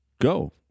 go